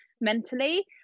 mentally